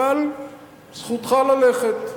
אבל זכותך ללכת.